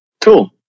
Cool